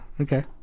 Okay